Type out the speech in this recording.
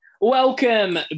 Welcome